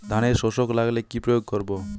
ধানের শোষক লাগলে কি প্রয়োগ করব?